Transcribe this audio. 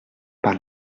par